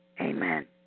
Amen